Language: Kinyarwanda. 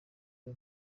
ayo